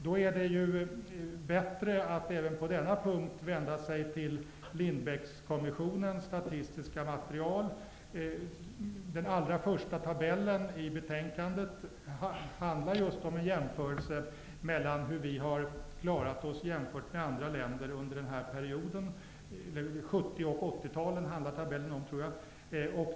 Det är då bättre att även på denna punkt vända sig till Den allra första tabellen i betänkandet handlar just om en jämförelse av hur vi har klarat oss i förhållande till andra länder under den här perioden. Jag tror att tabellen handlar om 70 och 80-talen.